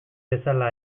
bezala